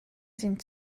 sind